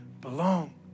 belong